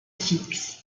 fixe